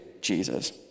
Jesus